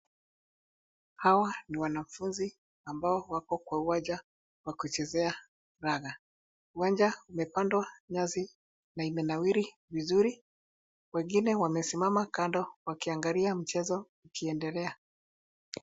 Hawa ni wanafunzi ambao wako kwa uwanja wa kuchezea raga. Uwanja umepandwa nyasi na imenawiri vizuri. Wengine wamesimama kando wakiangalia mchezo ukiendelea.